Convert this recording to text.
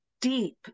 deep